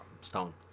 stone